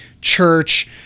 church